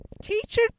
Teacher